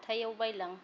हाथायाव बायलां